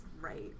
right